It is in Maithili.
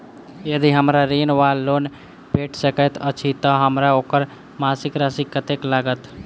यदि हमरा ऋण वा लोन भेट सकैत अछि तऽ हमरा ओकर मासिक राशि कत्तेक लागत?